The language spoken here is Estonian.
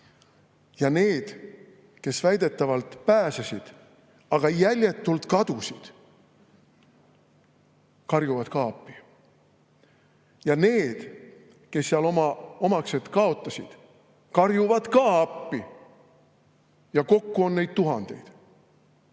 Ja need, kes väidetavalt pääsesid, aga jäljetult kadusid, karjuvad ka appi. Ja need, kes seal omaksed kaotasid, karjuvad ka appi. Ja kokku on neid tuhandeid.